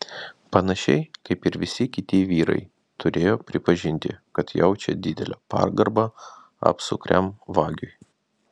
panašiai kaip ir visi kiti vyrai turėjo pripažinti kad jaučia didelę pagarbą apsukriam vagiui